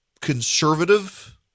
conservative